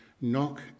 Knock